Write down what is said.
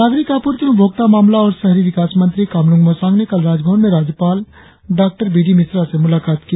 नागरिक आपूर्ति एवं उपभोक्ता मामला और शहरी विकास मंत्री कामलूंग मोसांग ने कल राजभवन में राज्यपाल डॉ बी डी मिश्रा से मुलाकात की